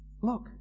Look